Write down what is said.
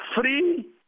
free